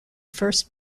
first